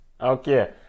Okay